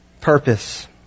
purpose